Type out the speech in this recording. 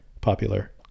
popular